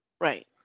Right